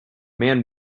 man